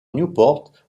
newport